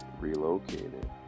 relocated